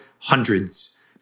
hundreds